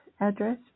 address